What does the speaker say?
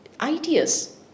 ideas